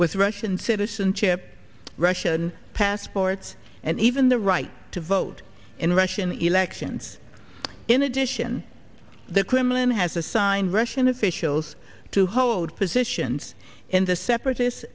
with russian citizenship russian passports and even the right to vote in russian elections in addition the criminal has assigned russian officials to hold positions in the separatists